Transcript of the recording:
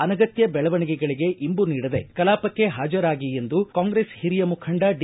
ಅನಗತ್ಯ ಬೆಳವಣಿಗೆಗಳಿಗೆ ಇಂಬು ನೀಡದೇ ಕಲಾಪಕ್ಕೆ ಹಾಜರಾಗಿ ಎಂದು ಕಾಂಗ್ರೆಸ್ ಹಿರಿಯ ಮುಖಂಡ ಡಿ